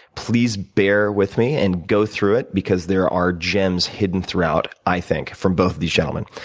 please bear with me and go through it because there are gems hidden throughout, i think, from both of these gentlemen.